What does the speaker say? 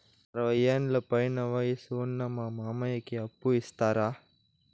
అరవయ్యేండ్ల పైన వయసు ఉన్న మా మామకి అప్పు ఇస్తారా